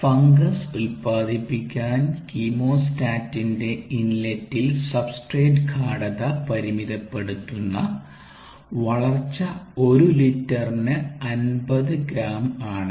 fungus ഉത്പാദിപ്പിക്കാൻ കീമോസ്റ്റാറ്റിൻറെ ഇൻലെറ്റിൽ സബ്സ്ട്രേറ്റ് ഗാഢത പരിമിതപ്പെടുത്തുന്ന വളർച്ച ഒരു ലിറ്ററിന് 50 ഗ്രാം ആണ്